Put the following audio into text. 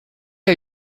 are